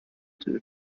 two